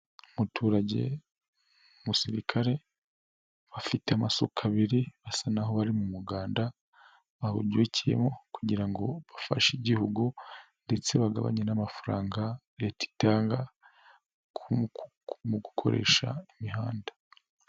Umuturage, umusirikare bafite amasuka abiri basa naho bari mu muganda, bawubyukiyemo kugira ngo bafashe Igihugu ndetse bagabanye n'amafaranga Leta itanga mu gukoresha imihanda.